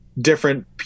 different